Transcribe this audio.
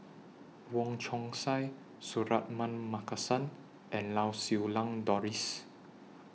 Wong Chong Sai Suratman Markasan and Lau Siew Lang Doris